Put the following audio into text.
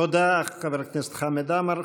תודה, חבר הכנסת חמד עמאר.